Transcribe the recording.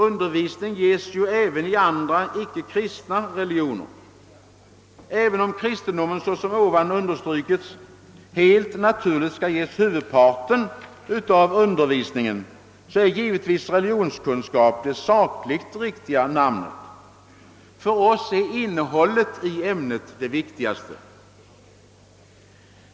Undervisning ges ju även i andra, icke-kristna religioner. Även om kristendomen helt naturligt skall ges huvudparten av undervisningen, är givetvis religionskunskap det sakligt riktiga namnet på ämnet. För oss är innehållet i ämnet det viktigaste.